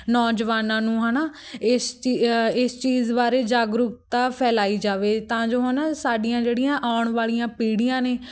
ਨੌਜਵਾਨਾਂ ਨੂੰ ਹੈ ਨਾ ਇਸ 'ਚ ਇਸ ਚੀਜ਼ ਬਾਰੇ ਜਾਗਰੂਕਤਾ ਫੈਲਾਈ ਜਾਵੇ ਤਾਂ ਜੋ ਹੈ ਨਾ ਸਾਡੀਆਂ ਜਿਹੜੀਆਂ ਆਉਣ ਵਾਲੀਆਂ ਪੀੜ੍ਹੀਆਂ ਨੇ